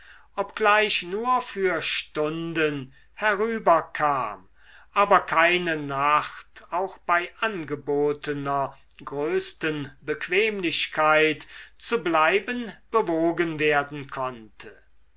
obgleich nur für stunden herüberkam aber keine nacht auch bei angebotener größten bequemlichkeit zu bleiben bewogen werden konnte